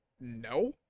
no